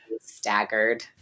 staggered